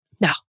No